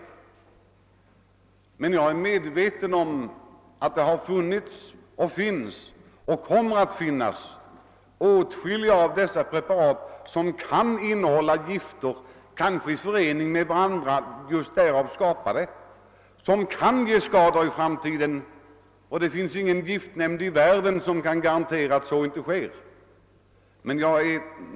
Jag är emellertid medveten om att det funnits, finns och kommer att finnas åtskilliga preparat som innehåller gifter — kanske flera gifter i förening, varigenom riskerna uppkommer — som kan ge skador i framtiden. Ingen giftnämnd i världen kan garantera att så inte kommer att ske.